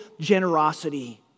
generosity